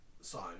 sign